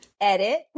Edit